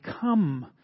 come